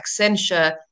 accenture